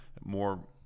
more